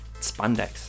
spandex